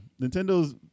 Nintendo's